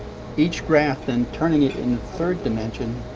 each graph, then turning it in the third dimension,